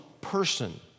person